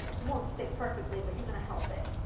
won't stick perfectly but you're going to help it.